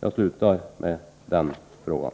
Jag slutar med den frågan.